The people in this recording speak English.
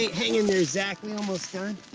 hang in there, zach. we're almost done.